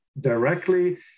directly